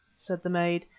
said the maid,